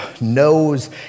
knows